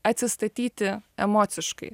atsistatyti emociškai